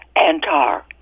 Antar